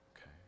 Okay